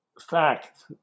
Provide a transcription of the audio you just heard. fact